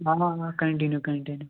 آ ah continue continue